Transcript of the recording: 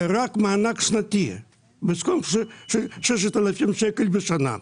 רק מענק שנתי בסכום של 6,000 שקל בשנה.